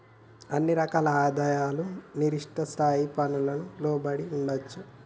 ఇన్ని రకాల ఆదాయాలు నిర్దిష్ట స్థాయి పన్నులకు లోబడి ఉండొచ్చా